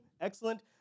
Excellent